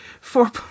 four